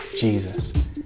Jesus